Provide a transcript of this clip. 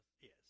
Yes